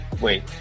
wait